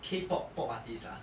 K pop pop artist ah